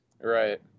Right